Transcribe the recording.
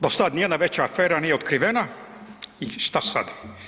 Do sad nijedna veća afera nije otkrivena i što sad.